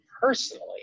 personally